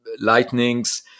lightnings